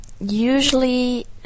Usually